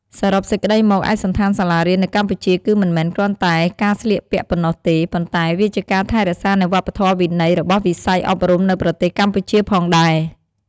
សរុបសេចក្តីមក ឯកសណ្ឋានសាលារៀននៅកម្ពុជាគឺមិនមែនគ្រាន់តែការស្លៀកពាក់ប៉ុណ្ណោះទេ ប៉ុន្តែវាជាការថែរក្សានៅវប្បធម៌វិន័យរបស់វិស័យអប់រំនៅប្រទេសកម្ពុជាផងដែរ។